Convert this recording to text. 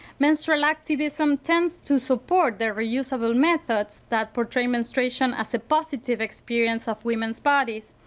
menstrual activism tends to support the reusable methods that portray menstruation as a positive experience of women's bodies.